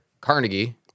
Carnegie